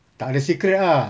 tak ada secret ah